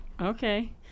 Okay